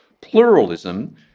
pluralism